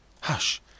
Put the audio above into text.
Hush